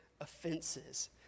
offenses